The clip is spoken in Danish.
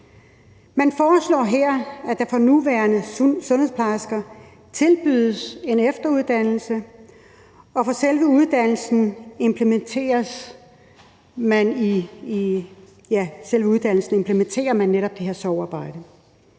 Man foreslår her, at der for nuværende sundhedsplejersker tilbydes en efteruddannelse, og at der i uddannelsen implementeres det her sorgarbejde.